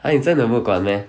!huh! 你真的不 meh